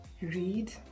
read